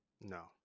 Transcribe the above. No